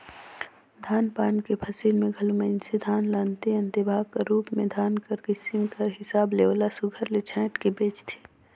धान पान कर फसिल में घलो मइनसे धान ल अन्ते अन्ते भाग कर रूप में धान कर किसिम कर हिसाब ले ओला सुग्घर ले छांएट के बेंचथें